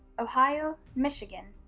ohio, michigan,